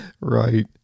Right